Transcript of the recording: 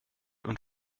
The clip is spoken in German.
und